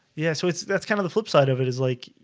yeah, so it's that's kind of the flip side of it is like,